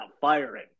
firing